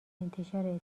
انتشار